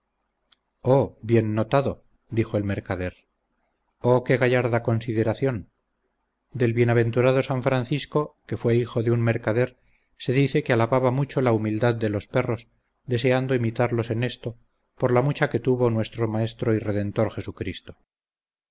oh bien notado dijo el mercader oh que gallarda consideración del bienaventurado san francisco que fue hijo de un mercader se dice que alababa mucho la humildad de los perros deseando imitarlos en esto por la mucha que tuvo nuestro maestro y redentor jesucristo